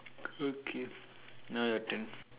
okay now your turn